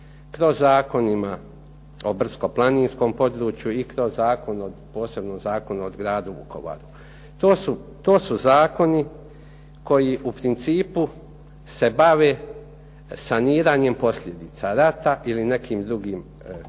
kroz Zakon o brdsko-planinskom području i kroz Zakon o posebnom Zakonu o gradu Vukovaru. To su zakoni koji u principu se bave saniranjem posljedica rata ili nekim drugim posljedicama